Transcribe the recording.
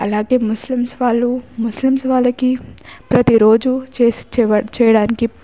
అలాగే ముస్లింస్ వాళ్ళు ముస్లింస్ వాళ్ళకి ప్రతీ రోజు చేసే చేయడానికి